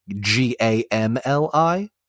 G-A-M-L-I